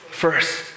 First